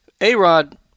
A-Rod